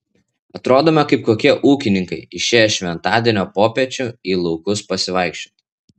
atrodome kaip kokie ūkininkai išėję šventadienio popiečiu į laukus pasivaikščioti